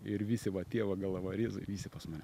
ir visi va tie va galavariezai visi pas mane